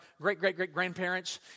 great-great-great-grandparents